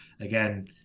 again